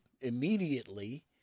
immediately